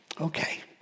Okay